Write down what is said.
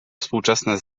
współczesne